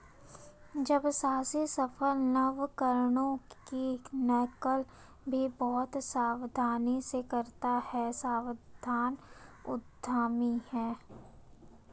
जब साहसी सफल नवकरणों की नकल भी बहुत सावधानी से करता है सावधान उद्यमी है